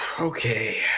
Okay